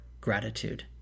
gratitude